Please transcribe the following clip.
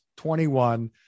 21